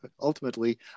ultimately